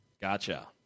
gotcha